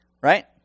Right